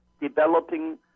developing